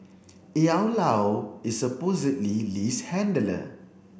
Io Lao is supposedly Lee's handler